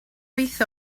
wyth